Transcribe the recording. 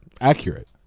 Accurate